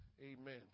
amen